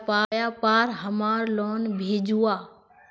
व्यापार हमार लोन भेजुआ?